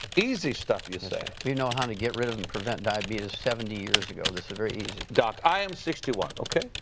easy stuff, you say. we know how to get rid of and prevent diabetes seventy years ago. this is very easy. doc, i am sixty one, okay?